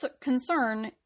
concern